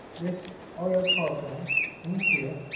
this oil powder here